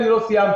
אני לא סיימתי.